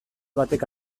batek